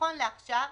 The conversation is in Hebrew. נכון לעכשיו,